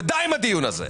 די עם הדיון הזה.